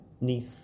niece